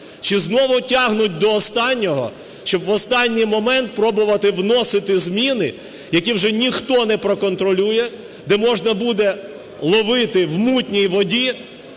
Чи знову тягнуть до останнього, щоб в останній момент пробувати вносити зміни, які вже ніхто не проконтролює, де можна буде ловити в мутній воді